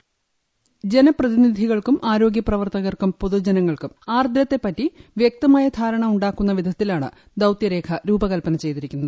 ശൈലജവോയിസ് ജനപ്രതിനിധികൾക്കും പ്ര ആരോഗ്യ പ്രവർത്തകർക്കും പൊതുജനങ്ങൾക്കും ആർദ്രത്തെപ്പറ്റി വ്യക്തമായ ധാരണ ഉണ്ടാക്കുന്ന വിധത്തിലാണ് ദൌത്യരേഖ രൂപകൽപന ചെയ്തിരിക്കുന്നത്